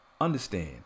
Understand